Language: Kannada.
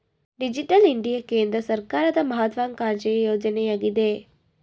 ಡಿಜಿಟಲ್ ಇಂಡಿಯಾ ಕೇಂದ್ರ ಸರ್ಕಾರದ ಮಹತ್ವಾಕಾಂಕ್ಷೆಯ ಯೋಜನೆಯಗಿದೆ